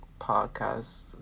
podcast